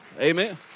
Amen